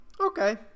Okay